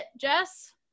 Jess